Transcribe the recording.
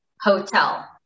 hotel